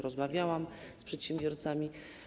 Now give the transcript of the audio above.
Rozmawiałam z przedsiębiorcami.